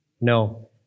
No